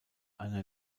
einer